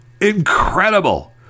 Incredible